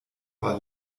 war